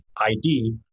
ID